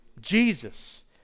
Jesus